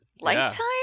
lifetime